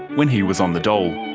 when he was on the dole.